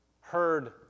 heard